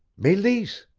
meleese!